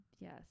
Yes